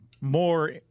more